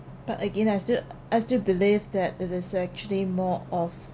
but again I still I still believe that it is actually more of